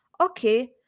Okay